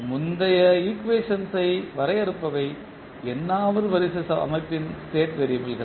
முந்தைய ஈக்குவேஷன்ஸ் ஐ வரையறுப்பவை n வது வரிசை அமைப்பின் ஸ்டேட் வேறியபிள் கள்